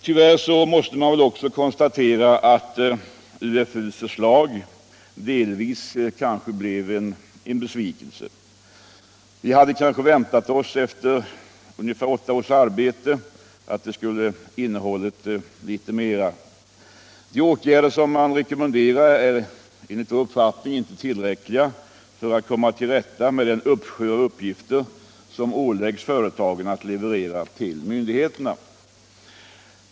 Tyvärr måste man också konstatera att UFU:s förslag delvis blev en besvikelse. Vi hade kanske väntat oss att utredningen efter ungefär åtta = Nr 32 års arbete skulle innehållit litet mera. De åtgärder som man rekommenderar är enligt vår uppfattning inte tillräckliga för att komma till rätta med den uppsjö av uppgifter som företagen åläggs att leverera till myndigheterna.